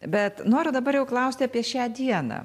bet noriu dabar jau klausti apie šią dieną